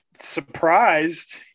surprised